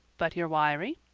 but you're wiry.